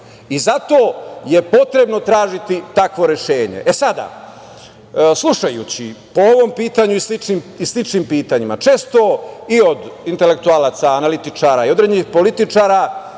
I zato je potrebno tražiti takvo rešenje. Slušajući, po ovom pitanju i sličnim pitanjima, često i od intelektualaca, analitičara i određenih političara